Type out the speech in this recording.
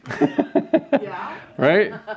Right